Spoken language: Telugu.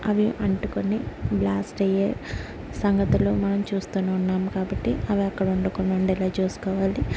అవి అంటుకొని బ్లాస్ట్ అయ్యే సంఘటనలు మనం చూస్తూనే ఉన్నాను కాబట్టి అవి అక్కడ ఉండకుండా ఉండేలా చూసుకోవాలి